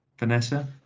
Vanessa